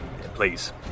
Please